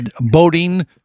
boating